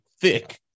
thick